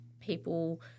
people